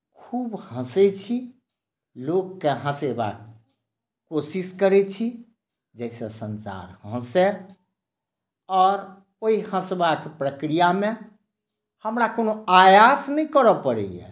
खूब हँसैत छी लोककेँ हँसेबाक कोशिश करैत छी जाहिसँ संसार हँसय आओर ओहि हँसबाक प्रक्रियामे हमरा कोनो आयास नहि करऽ पड़ैए